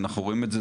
אנחנו רואים את זה,